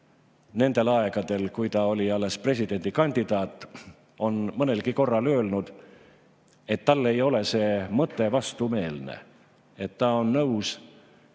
nendel aegadel, kui ta oli alles presidendikandidaat, on nii mõnelgi korral öelnud, et talle ei ole see mõte vastumeelne. Ta on nõus